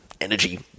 energy